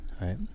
right